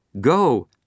go